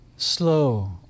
Slow